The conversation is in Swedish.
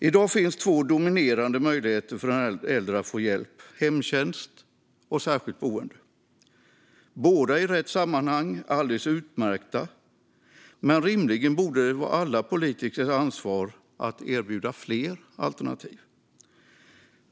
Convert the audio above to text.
I dag finns två dominerande möjligheter för den äldre att få hjälp: hemtjänst och särskilt boende. Båda är i rätt sammanhang alldeles utmärkta, men rimligen borde det vara alla politikers ansvar att erbjuda fler alternativ.